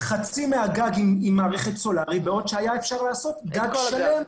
חצי מהגג עם מערכת סולרית בעוד אפשר היה לעשות גג שלם.